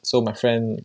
so my friend